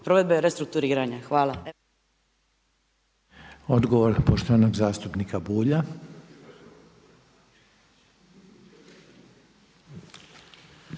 provedbe restrukturiranja. Hvala.